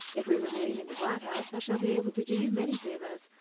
if we remain in the white house i shall be able to do you many favors.